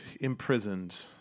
imprisoned